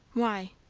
why?